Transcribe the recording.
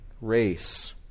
race